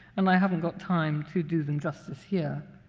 and i haven't got time to do them justice here.